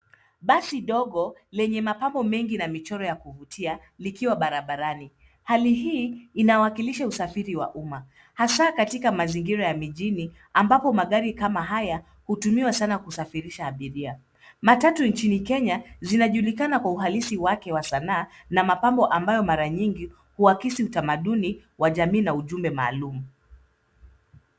Basi dogo lenye mapambo mengi na michoro ya kuvutia likiwa barabarani. Hali hii inawakilisha usafiri wa umma hasa katika mazingira ya mijini ambapo magari kama haya hutumiwa sana kusafirisha abiria. Matatu nchini Kenya zinajulikana kwa uhalisi wake wa sanaa na mapambo ambayo mara nyingi uakisi utamaduni wa jamii na ujumbe maalum.